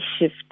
shift